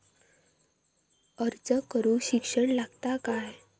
अर्ज करूक शिक्षण लागता काय?